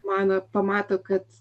mano pamato kad